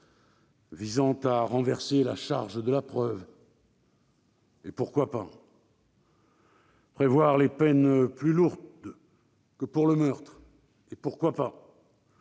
visent à renverser la charge de la preuve- pourquoi pas ?-, à prévoir des peines plus lourdes que pour le meurtre- pourquoi pas ?